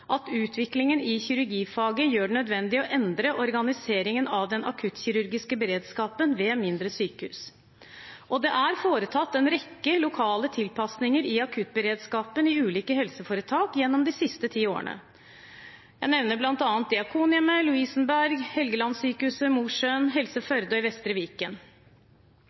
at utviklingen i kirurgifaget gjør det nødvendig å endre organiseringen av den akuttkirurgiske beredskapen ved mindre sykehus. Det er foretatt en rekke lokale tilpasninger i akuttberedskapen i ulike helseforetak gjennom de siste ti årene. Jeg nevner bl.a. Diakonhjemmet, Lovisenberg, Helgelandssykehuset Mosjøen, Helse Førde og Vestre Viken.